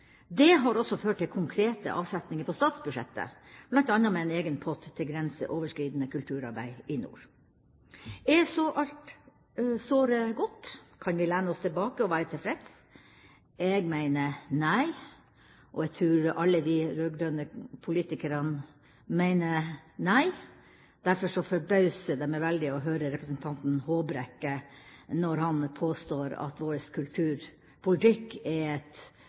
Det har også ført til konkrete avsetninger på statsbudsjettet, bl.a. med en egen pott til grenseoverskridende kulturarbeid i nord. Er så alt såre godt? Kan vi lene oss tilbake og være tilfreds? Jeg mener nei, og jeg tror alle vi rød-grønne politikerne mener nei. Derfor forbauser det meg veldig at representanten Håbrekke påstår at vår kulturpolitikk er et